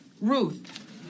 Ruth